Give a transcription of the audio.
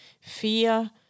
fear